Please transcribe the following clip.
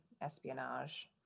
espionage